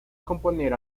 componer